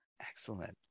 Excellent